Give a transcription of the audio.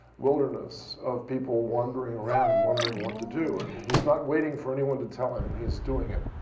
wilderness of people wandering around wondering what to do. he's not waiting for anyone to tell him. he's doing it.